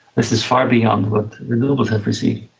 this is far beyond what renewables have received.